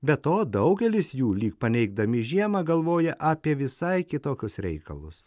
be to daugelis jų lyg paneigdami žiemą galvoja apie visai kitokius reikalus